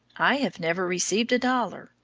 i have never received a dollar,